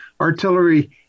artillery